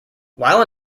while